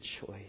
choice